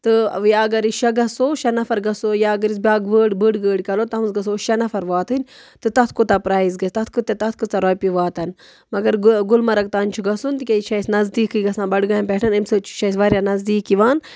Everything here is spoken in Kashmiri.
تہٕ یا اَگر أسۍ شےٚ گژھو شےٚ نَفر گژھو یا اگر أسۍ بیٛاکھ بٔڑ بٔڑ گٲڑۍ کَرو تَتھ منٛز گژھو شےٚ نَفر واتٕنۍ تہٕ تَتھ کوٗتاہ پرٛایِز گژھِ تَتھ کۭژاہ تَتھ کۭژاہ رۄپیہِ واتَن مگر گُہ گُلمرگ تام چھُ گژھُن تِکیازِ یہِ چھِ اَسہِ نَزدیٖکٕے گژھان بَڈگامہِ پٮ۪ٹھ اَمہِ سۭتۍ چھُ اَسہِ واریاہ نزدیٖک یِوان